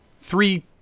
three